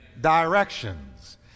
directions